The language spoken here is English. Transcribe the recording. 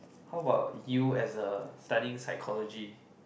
how about you as a studying psychology